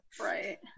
right